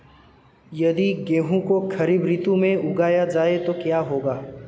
यदि गेहूँ को खरीफ ऋतु में उगाया जाए तो क्या होगा?